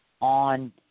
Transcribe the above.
on